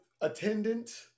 Attendant